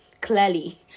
Clearly